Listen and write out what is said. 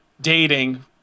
dating